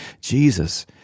Jesus